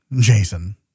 Jason